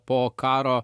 po karo